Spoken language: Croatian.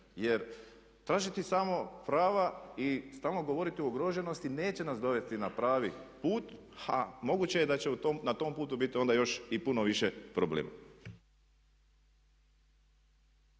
Jer tražiti samo prava i stalno govoriti o ugroženosti neće nas dovesti na pravi put, a moguće je da će na tom putu biti onda još i puno više problema.